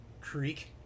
creek